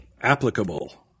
applicable